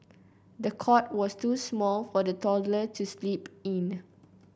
the cot was too small for the toddler to sleep in